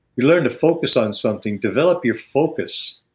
you learn to focus on something, develop your focus.